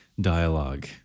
dialogue